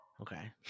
Okay